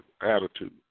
attitude